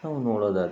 ನಾವು ನೋಡೋದಾದರೆ